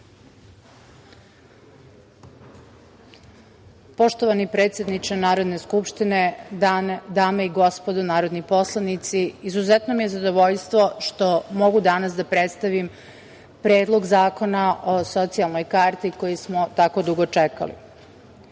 Poštovani predsedničke Narodne skupštine, dame i gospodo narodni poslanici, izuzetno mi je zadovoljstvo što mogu danas da predstavim Predlog zakona o socijalnoj karti koji smo tako dugo čekali. Šta